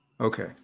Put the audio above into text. Okay